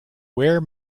where